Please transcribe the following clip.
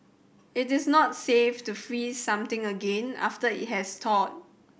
it is not safe to freeze something again after it has thawed